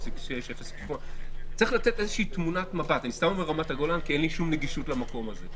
אני סתם אומר רמת הגולן כי אין לי שום נגישות לשם.